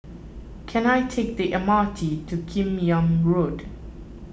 can I take the M R T to Kim Yam Road